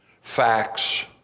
facts